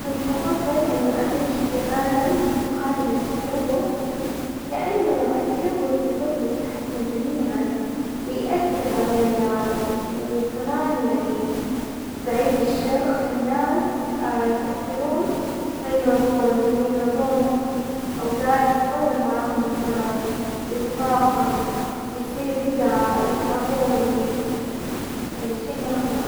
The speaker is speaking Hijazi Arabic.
كنت حفضل انه اعيش في عالم خالي من التلوث، لانه التلوث يضر بصحتنا جميعا ويؤثر علينا، وكمان يعني بعيد الشر الناس يتأثرون فيمرضون، واللي يمرظون اوقات يتطور معاهم المرض ويتفاقم ويصير كدا يتعبون، يعني شي مرة صعب.